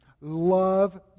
Love